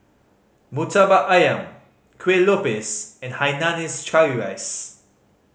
Murtabak Ayam kue lupis and hainanese curry rice